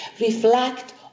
reflect